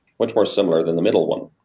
much more similar than the middle one.